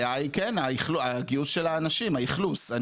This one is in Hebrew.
הבעיה היא כן, הגיוס של האנשים, האכלוס.